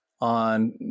on